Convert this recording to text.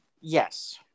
Yes